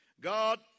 God